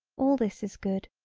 all this is good.